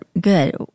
good